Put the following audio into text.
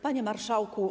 Panie Marszałku!